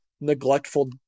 neglectful